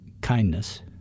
Kindness